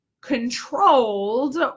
controlled